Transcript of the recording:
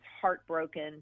heartbroken